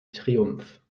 triumph